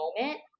moment